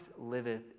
liveth